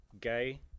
gay